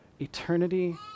Eternity